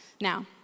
Now